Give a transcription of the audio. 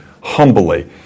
humbly